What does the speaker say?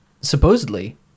Supposedly